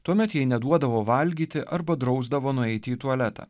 tuomet jai neduodavo valgyti arba drausdavo nueiti į tualetą